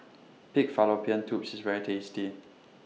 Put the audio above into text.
Pig Fallopian Tubes IS very tasty